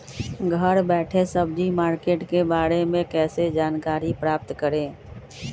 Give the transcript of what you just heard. घर बैठे सब्जी मार्केट के बारे में कैसे जानकारी प्राप्त करें?